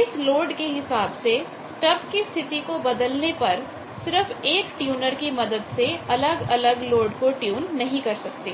इस लोड के हिसाब से स्टब कि स्थिति को बदलने पर सिर्फ एक ट्यूनर की मदद से अलग अलग लोड को ट्यून नहीं कर सकते